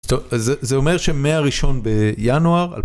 זה אומר שמהראשון בינואר